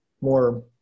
more